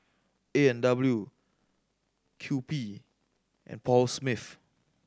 A and W Kewpie and Paul Smith